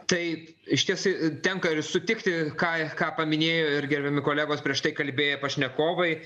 taip išties tai tenka ir sutikti ką ką paminėjo ir gerbiami kolegos prieš tai kalbėję pašnekovai